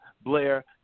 Blair